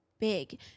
big